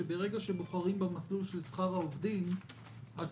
שברגע שבוחרים במסלול של שכר העובדים אז